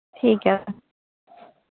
ᱴᱷᱤᱠ ᱜᱮᱭᱟ